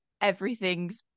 everything's